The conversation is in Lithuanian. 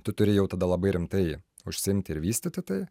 tu turi jau tada labai rimtai užsiimti ir vystyti tai